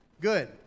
Good